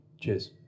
Cheers